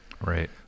Right